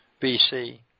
BC